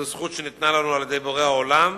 זו זכות שניתנה לנו על-ידי בורא העולם.